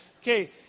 Okay